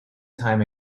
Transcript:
time